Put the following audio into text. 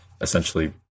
essentially